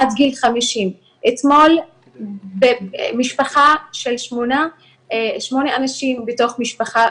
עד גיל 50. אתמול במשפחה של שמונה אנשים בתוך משפחה,